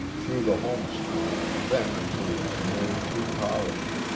through the home school then until he was nearly through college.